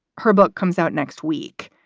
her book comes out next week.